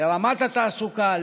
לרמת תעסוקה,